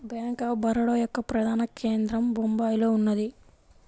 bank of Baroda యొక్క ప్రధాన కేంద్రం బొంబాయిలో ఉన్నది